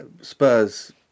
Spurs